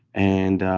and,